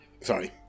Sorry